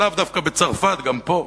לאו דווקא בצרפת, גם פה,